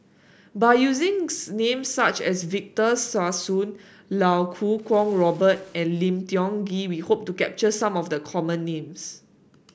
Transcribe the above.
by using's names such as Victor Sassoon Iau Kuo Kwong Robert and Lim Tiong Ghee we hope to capture some of the common names